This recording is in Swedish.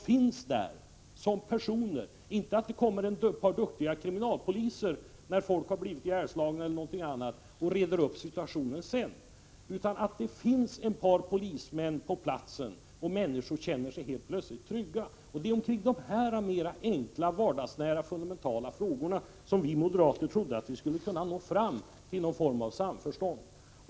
Den består inte i att det efteråt kommer ett par duktiga kriminalpoliser och reder upp situationen när folk har blivit ihjälslagna etc., utan att det alltså finns ett par polismän på platsen. Människor känner sig då trygga. Det är i dessa mera enkla, vardagsnära och fundamentala frågor som vi moderater trodde att vi skulle kunna nå fram till någon form av samförstånd.